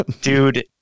Dude